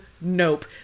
Nope